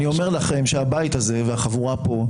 אני אומר לכם שהבית הזה והחבורה פה,